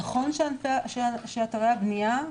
נכון שאתרי הבנייה,